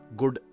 good